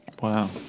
Wow